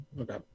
Okay